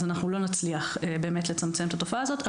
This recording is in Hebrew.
אז אנחנו לא נצליח באמת לצמצם את התופעה הזאת.